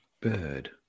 bird